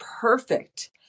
perfect